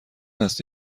است